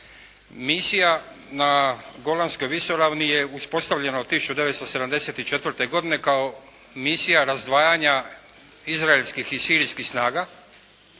Misija na Golanskoj visoravni je uspostavljena od 1974. godine kao misija razdvajanja izraelskih i sirijskih snaga.